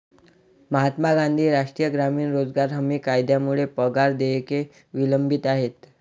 महात्मा गांधी राष्ट्रीय ग्रामीण रोजगार हमी कायद्यामुळे पगार देयके विलंबित आहेत